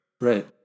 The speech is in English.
Right